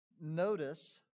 notice